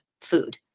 food